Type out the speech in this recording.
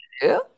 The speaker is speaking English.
Hello